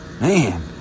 man